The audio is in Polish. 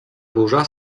burza